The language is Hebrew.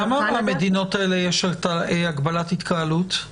בכמה מהמדינות האלה יש הגבלת התקהלות,